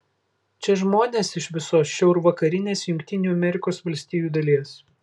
čia žmonės iš visos šiaurvakarinės jungtinių amerikos valstijų dalies